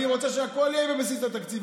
אני רוצה שהכול יהיה בבסיס התקציב.